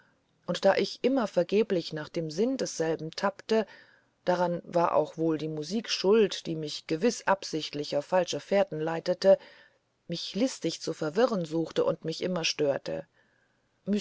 und daß ich immer vergeblich nach dem sinn desselben tappte daran war auch wohl die musik schuld die mich gewiß absichtlich auf falsche fährten leitete mich listig zu verwirren suchte und mich immer störte